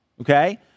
Okay